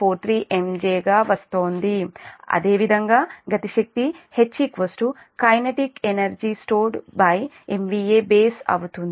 43 MJ గా వస్తోంది అదేవిధంగా గతి శక్తి H kinetic energy stored MVA base అవుతుంది